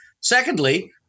Secondly